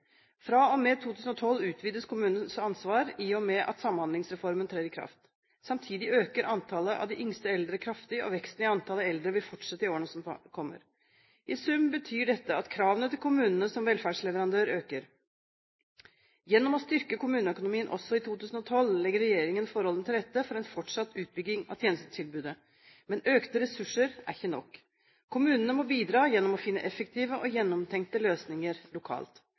med 2012 utvides kommunenes ansvar i og med at Samhandlingsreformen trer i kraft. Samtidig øker tallet på de yngste eldre kraftig, og veksten i antallet eldre vil fortsette i årene som kommer. I sum betyr dette at kravene til kommunene som velferdsleverandør øker. Gjennom å styrke kommuneøkonomien også i 2012 legger regjeringen forholdene til rette for en fortsatt utbygging av tjenestetilbudet. Men økte ressurser er ikke nok. Kommunene må bidra gjennom å finne effektive og gjennomtenkte løsninger lokalt.